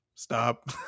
stop